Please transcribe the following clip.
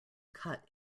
cut